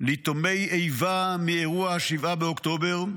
ליתומי איבה מאירוע ה-7 באוקטובר,